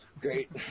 Great